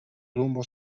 rumbo